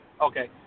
Okay